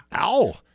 Ow